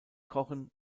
kochen